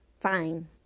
Fine